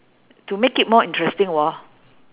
to make it more interesting [wor]